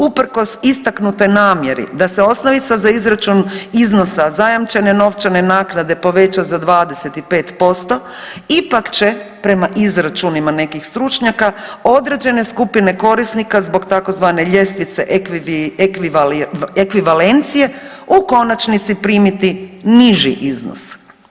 Usprkos istaknutoj namjeri da se osnovica za izračun iznosa zajamčene novčane naknade poveća za 25% ipak će prema izračunima nekih stručnjaka određene skupine korisnika zbog tzv. ljestvice ekvivalencije u konačnici primiti niži iznos.